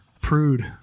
Prude